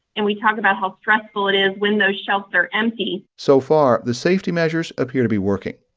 and we talk about how stressful it is when those shelves are empty so far, the safety measures appear to be working.